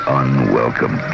unwelcome